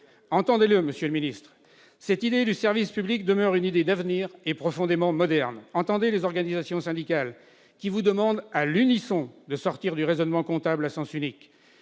Entendez-le, monsieur le secrétaire d'État, cette idée du service public demeure une idée d'avenir, profondément moderne. Entendez les organisations syndicales, qui vous demandent à l'unisson de sortir du raisonnement comptable à sens unique.